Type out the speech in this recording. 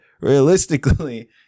realistically